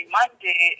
Monday